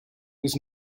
was